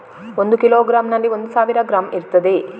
ಒಂದು ಕಿಲೋಗ್ರಾಂನಲ್ಲಿ ಒಂದು ಸಾವಿರ ಗ್ರಾಂ ಇರ್ತದೆ